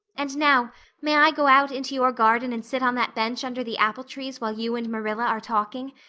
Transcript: and now may i go out into your garden and sit on that bench under the apple-trees while you and marilla are talking?